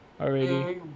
already